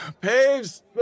Paves